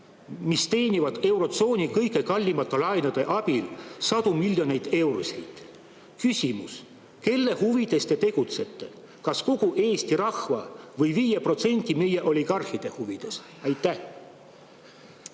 kes teenivad eurotsooni kõige kallimate laenude abil sadu miljoneid eurosid. Küsimus: kelle huvides te tegutsete, kas kogu Eesti rahva või 5% [inimeste], meie oligarhide huvides? Oh